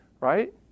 right